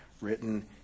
written